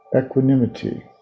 Equanimity